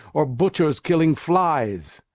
or butchers killing flies.